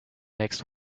next